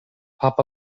pop